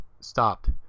stopped